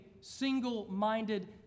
single-minded